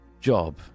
job